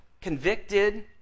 convicted